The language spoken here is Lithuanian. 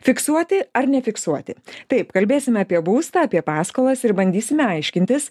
fiksuoti ar nefiksuoti taip kalbėsime apie būstą apie paskolas ir bandysime aiškintis